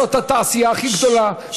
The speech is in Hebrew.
זאת התעשייה הכי גדולה,